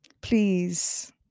please